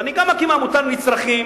אני גם אקים עמותה לנצרכים,